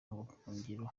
buhungiro